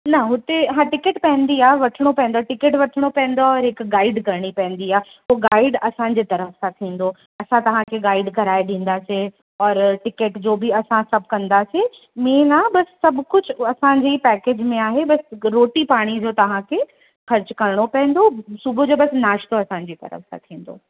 न हुते हा टिकेट पवंदी आहे वठिणो पवंदो आहे टिकेट वठिणो पवंदो आहे वरी हिकु गाइड करणी पवंदी आहे उहो गाइड असांजे तर्फ़ सां थींदो असां तव्हांखे गाइड कराए ॾींदासीं औरि टिकेट जो बि असां सभु कंदासीं मेन आहे बसि सभु कुझु असांजे ई पैकेज में आहे बसि रोटी पाणी जो तव्हांखे ख़र्च करिणो पवंदो सुबुह जो बसि नाशतो असांजी तर्फ़ सां थींदो